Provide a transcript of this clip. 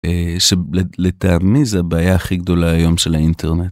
לטעמי זה הבעיה הכי גדולה היום של האינטרנט.